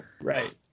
Right